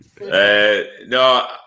No